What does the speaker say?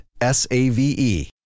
S-A-V-E